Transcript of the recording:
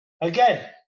again